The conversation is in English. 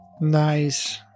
Nice